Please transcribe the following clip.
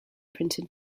printed